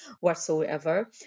whatsoever